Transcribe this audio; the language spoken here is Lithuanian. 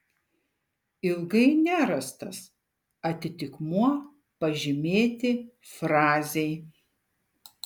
ilgai nerastas atitikmuo pažymėti frazei